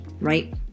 right